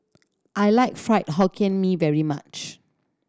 I like Fried Hokkien Mee very much